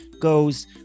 goes